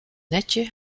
netje